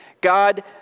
God